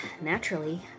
naturally